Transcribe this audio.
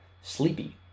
sleepy